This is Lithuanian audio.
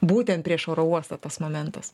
būtent prieš oro uostą tas momentas